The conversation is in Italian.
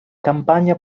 campagna